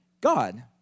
God